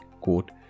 quote